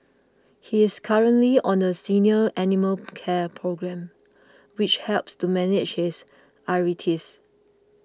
he is currently on a senior animal care programme which helps to manage his arthritis